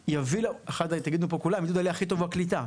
יגידו פה כולם, עידוד עלייה הכי טוב הוא הקליטה,